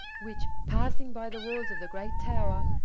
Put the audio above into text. which, passing by the walls of the great tower,